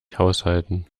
haushalten